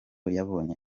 yabonye